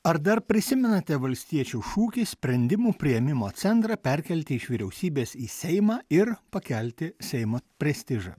ar dar prisimenate valstiečių šūkį sprendimų priėmimo centrą perkelti iš vyriausybės į seimą ir pakelti seimo prestižą